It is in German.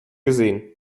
gesehen